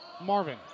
Marvin